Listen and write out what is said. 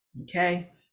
Okay